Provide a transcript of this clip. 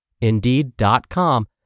Indeed.com